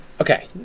Okay